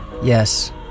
Yes